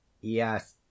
Yes